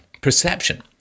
perception